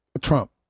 Trump